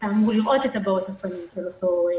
אתה אמור לראות את הבעות הפנים של הנחקר,